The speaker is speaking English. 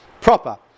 proper